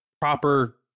proper